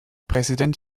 präsident